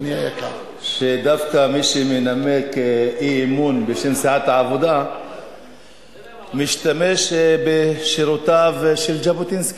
שדווקא מי שמנמק אי-אמון בשם סיעת העבודה משתמש בשירותיו של ז'בוטינסקי.